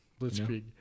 Blitzkrieg